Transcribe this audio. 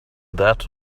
that